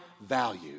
value